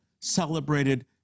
celebrated